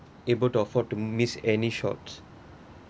able to afford to miss any shots